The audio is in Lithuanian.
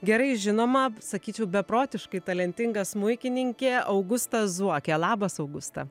gerai žinoma sakyčiau beprotiškai talentinga smuikininkė augusta zuokė labas augusta